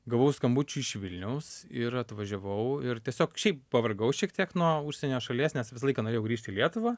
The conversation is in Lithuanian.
gavau skambučių iš vilniaus ir atvažiavau ir tiesiog šiaip pavargau šiek tiek nuo užsienio šalies nes visą laiką norėjau grįžt į lietuvą